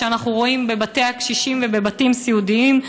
שאנחנו רואים בבתי הקשישים ובבתים סיעודיים,